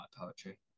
poetry